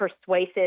persuasive